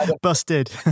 busted